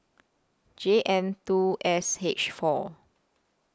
J N two S H four